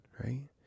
right